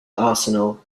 arsenal